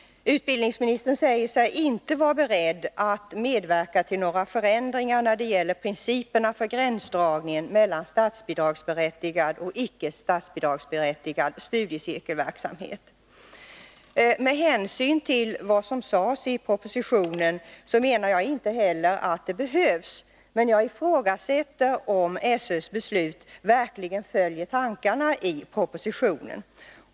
Utbildningsministern säger sig inte vara beredd att medverka till några förändringar när det gäller principerna för gränsdragning mellan statsbidragsberättigad och icke statsbidragsberättigad studiecirkelverksamhet. Med hänsyn till vad som sades i propositionen menar jag inte heller att det behövs, men jag ifrågasätter om SÖ:s beslut verkligen följer tankarna i propositionen.